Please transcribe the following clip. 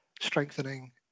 strengthening